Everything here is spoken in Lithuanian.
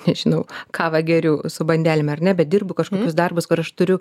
nežinau kavą geriu su bandelėm ar ne bet dirbu kažkokius darbus kur aš turiu